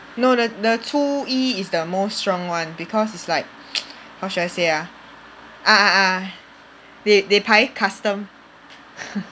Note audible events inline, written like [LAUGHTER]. no no the 初一 is the most strong [one] because it's like [NOISE] how should I say ah ah ah ah they they 排 custom [LAUGHS]